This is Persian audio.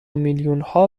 میلیونها